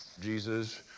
Jesus